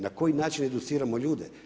Na koji način educiramo ljude?